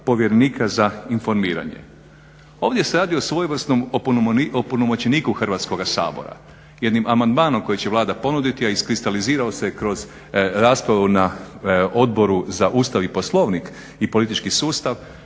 povjerenika za informiranje. Ovdje se radi o svojevrsnom opunomoćeniku Hrvatskoga sabora. Jednim amandmanom koji će Vlada ponuditi, a iskristalizirao se kroz raspravu na Odboru za Ustav i Poslovnik i politički sustav